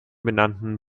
benannten